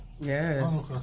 Yes